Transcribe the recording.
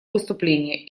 выступления